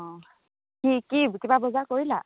অঁ কি কি কিবা বজাৰ কৰিলা